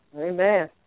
Amen